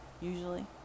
usually